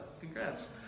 Congrats